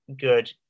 good